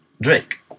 drake